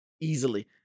easily